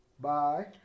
Bye